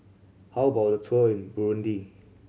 how about a tour in Burundi